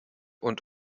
und